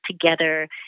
together